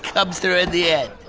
comes through in the end.